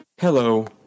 Hello